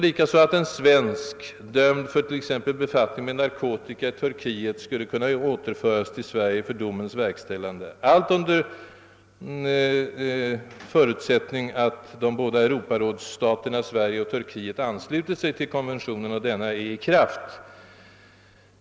Likaså skulle en svensk, dömd för t.ex. befattning med narkotika i Turkiet, kunna återföras till Sverige för domens verkställande, allt under förutsättning att de båda Europarådsstaterna Sverige och Turkiet ansluter sig till konventionen och denna är i kraft.